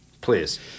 Please